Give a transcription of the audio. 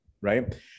right